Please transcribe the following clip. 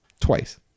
twice